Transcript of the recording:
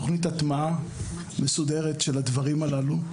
תכנית הטמעה מסודרת של הדברים הללו,